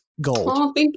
gold